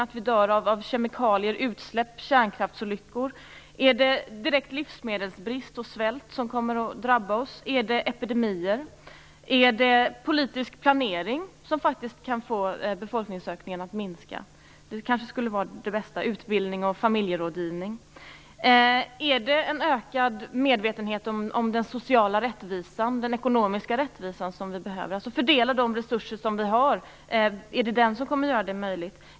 Kommer vi att dö av kemikalier, utsläpp, kärnkraftsolyckor? Är det direkt livsmedelsbrist och svält som kommer att drabba oss? Är det epidemier? Eller är det politisk planering som faktiskt kan hejda befolkningsökningen? Det kanske skulle vara det bästa - utbildning och familjerådgivning. Behöver vi kanske en ökad medvetenhet om social och ekonomisk rättvisa, behöver vi fördela de resurser vi har? Är det det som kommer att göra det möjligt?